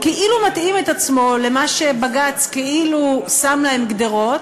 הוא כאילו מתאים את עצמו למה שבג"ץ כאילו שם להם גדרות,